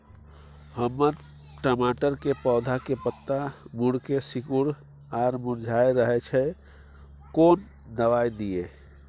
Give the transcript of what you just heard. हमर टमाटर के पौधा के पत्ता मुड़के सिकुर आर मुरझाय रहै छै, कोन दबाय दिये?